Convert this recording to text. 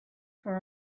for